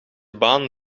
baan